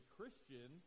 Christian